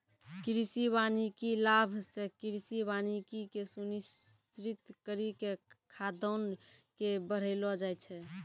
कृषि वानिकी लाभ से कृषि वानिकी के सुनिश्रित करी के खाद्यान्न के बड़ैलो जाय छै